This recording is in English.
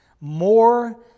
more